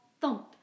thump